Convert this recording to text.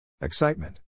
Excitement